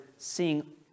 seeing